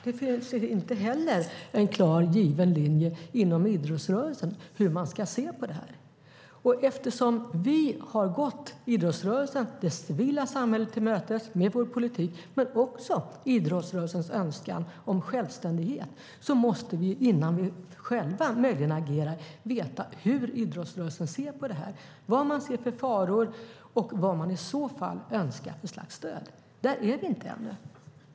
Det finns inte heller en klar och given linje inom idrottsrörelsen för hur man ska se på detta. Eftersom vi har gått idrottsrörelsen och det civila samhället till mötes med vår politik och även idrottsrörelsens önskan om självständighet måste vi innan vi själva möjligen agerar veta hur idrottsrörelsen ser på detta. Vad ser man för faror? Vad önskar man i så fall för slags stöd? Där är vi inte ännu.